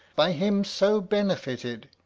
by him so benefited!